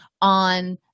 on